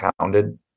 pounded